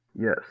Yes